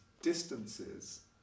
distances